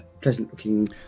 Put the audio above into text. pleasant-looking